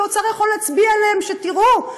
שהאוצר יכול להצביע עליהן: תראו,